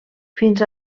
fins